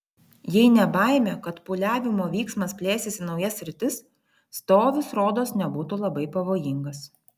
jei ne baimė kad pūliavimo vyksmas plėsis į naujas sritis stovis rodos nebūtų labai pavojingas